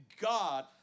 God